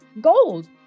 gold